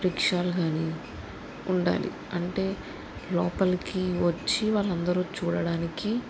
రిక్షాలు కానీ ఉండాలి అంటే లోపలోకి వచ్చి వాళ్ళందరూ చూడటానికి